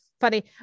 funny